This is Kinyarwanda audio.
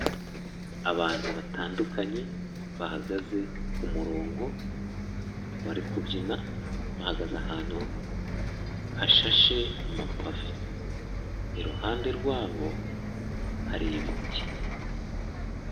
Abantu batandukanye bahagaze ku umurongo, bari kubyina bahagaze ahantu hashashe amapave. Iruhande rwabo hari ibiti.